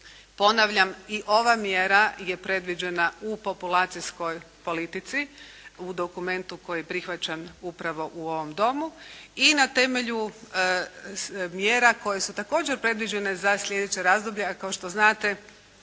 Ponavljam, i ova mjera je predviđena u populacijskoj politici u dokumentu koji je prihvaćen upravo u ovom domu i na temelju mjera koje su također predviđene za slijedeće razdoblje a kao što znate